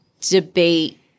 Debate